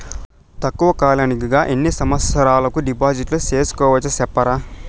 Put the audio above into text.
తక్కువ కాలానికి గా ఎన్ని సంవత్సరాల కు డిపాజిట్లు సేసుకోవచ్చు సెప్తారా